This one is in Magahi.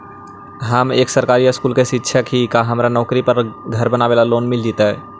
हम एक सरकारी स्कूल में शिक्षक हियै का हमरा नौकरी पर घर बनाबे लोन मिल जितै?